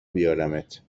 بیارمت